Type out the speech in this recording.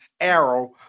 Arrow